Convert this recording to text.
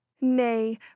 Nay